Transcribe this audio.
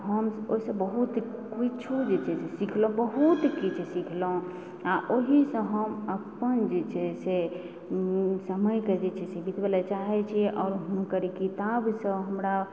हम ओइसँ बहुत कुछो जे छै से सिखलहुँ बहुत किछु सिखलहुँ आओर ओहीसँ हम अपन जे छै से समयके जे छै से बितबय लए चाहय छी आओर हुनकर ई किताबसँ हमरा